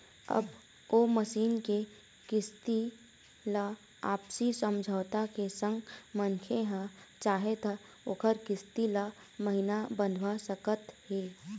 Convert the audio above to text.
अब ओ मसीन के किस्ती ल आपसी समझौता के संग मनखे ह चाहे त ओखर किस्ती ल महिना बंधवा सकत हे